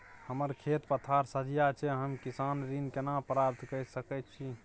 हमर खेत पथार सझिया छै हम किसान ऋण केना प्राप्त के सकै छी?